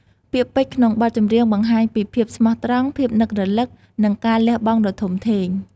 ពាក្យពេចន៍ក្នុងបទចម្រៀងបង្ហាញពីភាពស្មោះត្រង់ ភាពនឹករលឹក និងការលះបង់ដ៏ធំធេង។